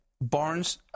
Barnes